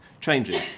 changing